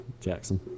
Jackson